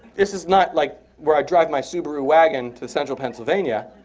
this is not like where i drive my subaru wagon to central pennsylvania.